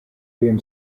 been